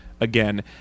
again